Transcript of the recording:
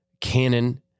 canon